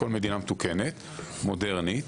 כל מדינה מתוקנת מודרנית.